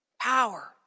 Power